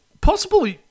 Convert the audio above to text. possible